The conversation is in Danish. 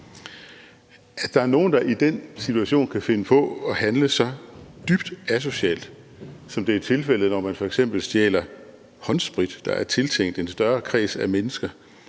der er nogen, der i den situation kan finde på at handle så dybt asocialt, som det er tilfældet, når man f.eks. stjæler håndsprit, der er tiltænkt en større kreds af mennesker,